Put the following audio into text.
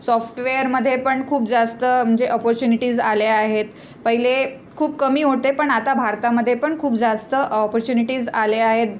सॉफ्टवेअरमध्ये पण खूप जास्त म्हणजे ऑपॉर्च्युनिटीज आल्या आहेत पहिले खूप कमी होते पण आता भारतामध्ये पण खूप जास्त ऑपॉर्च्युनिटीज आले आहेत